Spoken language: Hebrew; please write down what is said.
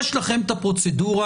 יש לכם את הפרוצדורה,